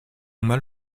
mal